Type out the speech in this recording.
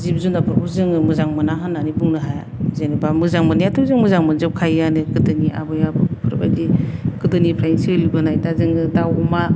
जिब जुनारफोरखौ जोङो मोजां मोना होन्नानै बुंनो हाया जेनेबा मोजां मोन्नायाथ' जों मोजां मोनजोबखायोआनो गोदोनि आबै आबौ बेफोरबायदि गोदोनिफ्रायनो सोलिबोनाय दा जोङो दाव अमा